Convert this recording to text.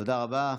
תודה רבה.